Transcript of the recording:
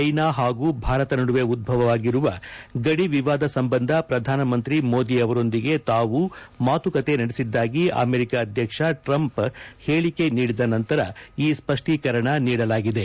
China ಹಾಗೂ ಭಾರತ ನಡುವೆ ಉಧ್ಲವವಾಗಿರುವ ಗಡಿ ವಿವಾದ ಸಂಬಂಧ ಪ್ರಧಾನಮಂತ್ರಿ ಮೋದಿ ಅವರೊಂದಿಗೆ ತಾವು ಮಾತುಕತೆ ನಡೆಸಿದ್ದಾಗಿ ಅಮೆರಿಕ ಅಧ್ಯಕ್ಷ ಟ್ರಂಪ್ ಹೇಳಕೆ ನೀಡಿದ ನಂತರ ಈ ಸ್ಪಷ್ಟೀಕರಣ ನೀಡಲಾಗಿದೆ